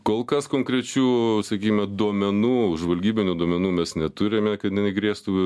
kol kas konkrečių sakykime duomenų žvalgybinių duomenų mes neturime kad ne negrėstų